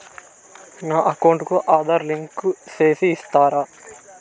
నా అకౌంట్ కు ఆధార్ లింకు సేసి ఇస్తారా?